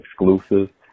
exclusive